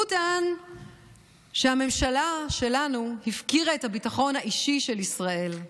הוא טען שהממשלה שלנו הפקירה את הביטחון האישי של ישראל,